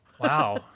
wow